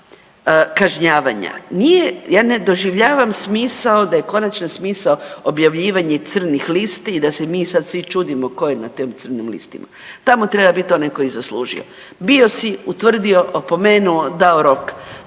kažnjavanja, nije, ja ne doživljavam smisao da je konačno smisao objavljivanje crnih listi i da se mi sad svi čudimo tko je na tim crnim listama. Tamo treba biti onaj koji je zaslužio. Bio si, utvrdio, opomenuo, dao rok.